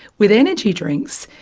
with energy drinks,